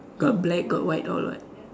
got black got white got what